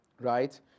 right